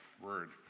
word